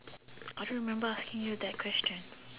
I don't remember asking you that question